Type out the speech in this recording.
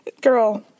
girl